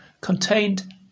contained